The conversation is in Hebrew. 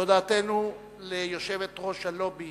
תודתנו ליושבת-ראש הלובי